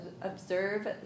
observe